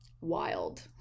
wild